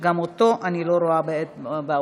שגם אותו אני לא רואה באולם,